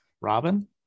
Robin